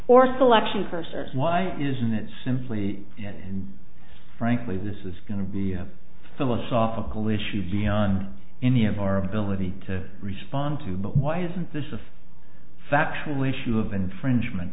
or selection cursors why isn't it simply and frankly this is going to be a philosophical issue beyond any of our ability to respond to but why isn't this of factual issue of an infringement